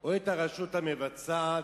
או את הרשות המבצעת